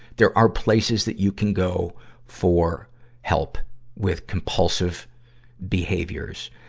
there are places that you can go for help with compulsive behaviors,